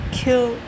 kill